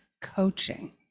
coaching